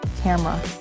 camera